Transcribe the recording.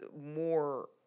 more